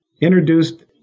introduced